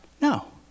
No